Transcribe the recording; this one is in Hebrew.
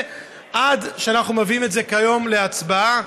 עד שאנחנו מביאים את זה היום להצבעה.